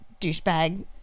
douchebag